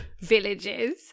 villages